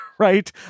right